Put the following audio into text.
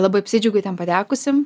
labai apsidžiaugiau ten patekusi